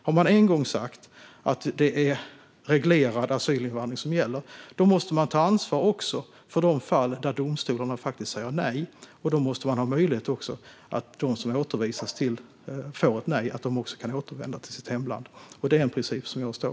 Har man en gång sagt att det är reglerad asylinvandring som gäller måste man ta ansvar också för de fall där domstolarna faktiskt säger nej. Man måste också se till att det är möjligt för dem som får ett nej att återvända till sitt hemland. Det är en princip som jag står för.